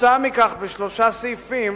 וכתוצאה מכך בשלושה סעיפים